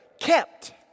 kept